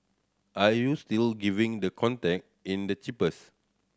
are you still giving the contact in the cheapest